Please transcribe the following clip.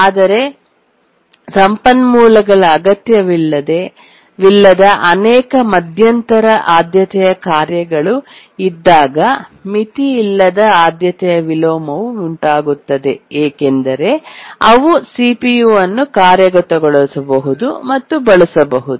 ಆದರೆ ಸಂಪನ್ಮೂಲಗಳ ಅಗತ್ಯವಿಲ್ಲದ ಅನೇಕ ಮಧ್ಯಂತರ ಆದ್ಯತೆಯ ಕಾರ್ಯಗಳು ಇದ್ದಾಗ ಮಿತಿಯಿಲ್ಲದ ಆದ್ಯತೆಯ ವಿಲೋಮವು ಉಂಟಾಗುತ್ತದೆ ಏಕೆಂದರೆ ಅವು ಸಿಪಿಯು ಅನ್ನು ಕಾರ್ಯಗತಗೊಳಿಸಬಹುದು ಮತ್ತು ಬಳಸಬಹುದು